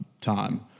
time